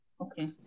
okay